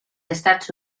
estats